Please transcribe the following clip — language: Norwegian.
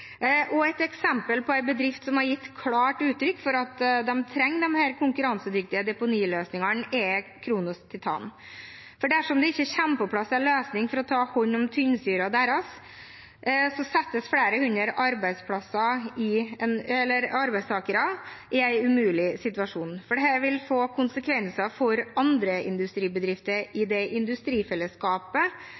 Et eksempel på en bedrift som har gitt klart uttrykk for at de trenger disse konkurransedyktige deponiløsningene, er Kronos Titan. Dersom det ikke kommer på plass en løsning for å ta hånd om tynnsyren deres, settes flere hundre arbeidstakere i en umulig situasjon. Dette vil få konsekvenser for andre industribedrifter i industrifellesskapet